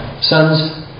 Sons